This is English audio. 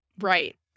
Right